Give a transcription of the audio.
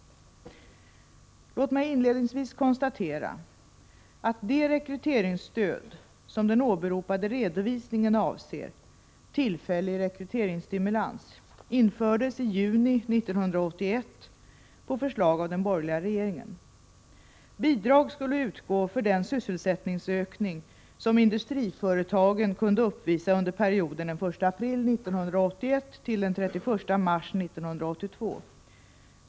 Låt mig inledningsvis konstatera att det rekryteringsstöd som den åberopade redovisningen avser — tillfällig rekryteringsstimulans — infördes i juni 1981 på förslag av den borgerliga regeringen. Bidrag skulle utgå för den sysselsättningsökning som industriföretagen kunde uppvisa under perioden den 1 april 1981-den 31 mars 1982.